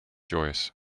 joyous